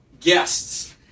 guests